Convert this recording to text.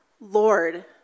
Lord